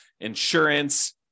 insurance